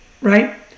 right